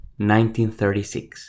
1936